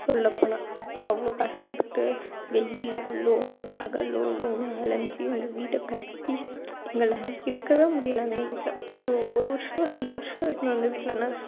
சொல்லப் போனால் அவ்வளோ கஷ்டப்பட்டு வெயிலில் லோனுக்காக லோ லோன்னு அலைஞ்சி இந்த வீட்டை கட்டி எங்களால் இருக்க முடியல அந்த வீட்டில் ஒரு ஒரு வர்ஷ ரெண்டு வர்ஷ இருந்தோம் அந்த வீட்டில் நான்